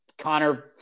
Connor